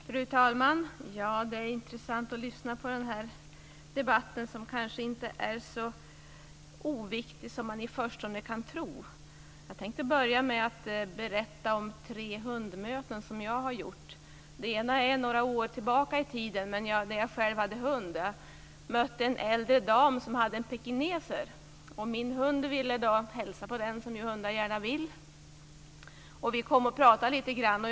Fru talman! Det är intressant att lyssna till den här debatten, som kanske inte är så oviktig som man i förstone kan tro. Jag tänkte börja med att berätta om tre hundmöten som jag har varit med om. Det ena skedde några år tillbaka i tiden, när jag själv hade hund. Jag mötte en äldre dam som hade en pekines. Min hund vill då hälsa på den, som hundar gärna vill. Vi kom att prata lite grann.